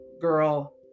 girl